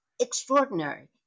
extraordinary